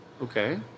Okay